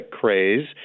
craze